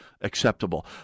acceptable